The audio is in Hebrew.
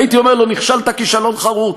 הייתי אומר לו: נכשלת כישלון חרוץ.